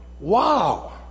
Wow